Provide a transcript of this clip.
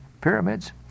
pyramids